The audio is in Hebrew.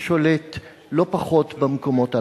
ששולט לא פחות במקומות הללו.